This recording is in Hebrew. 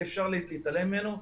אי אפשר להתעלם ממנו.